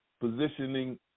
positioning